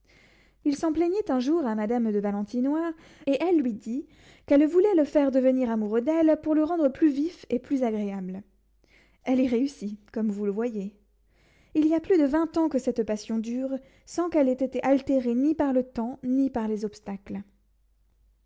il s'en plaignit un jour à madame de valentinois et elle lui dit qu'elle voulait le faire devenir amoureux d'elle pour le rendre plus vif et plus agréable elle y réussit comme vous le voyez il y a plus de vingt ans que cette passion dure sans qu'elle ait été altérée ni par le temps ni par les obstacles